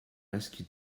rescue